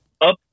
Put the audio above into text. up